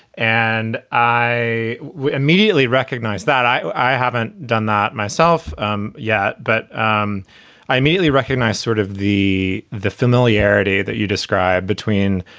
and i immediately recognized that i haven't done that myself um yet, but um i immediately recognized sort of the the familiarity that you describe between,